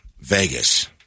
Vegas